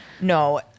No